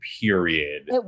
period